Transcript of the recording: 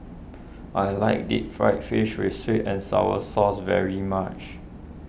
I like Deep Fried Fish with Sweet and Sour Sauce very much